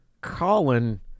Colin